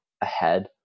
ahead